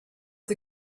the